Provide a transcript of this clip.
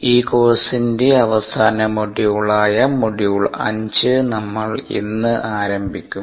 ഈ കോഴ്സിന്റെ അവസാന മൊഡ്യൂളായ മൊഡ്യൂൾ 5 നമ്മൾ ഇന്ന് ആരംഭിക്കും